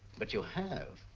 but you have.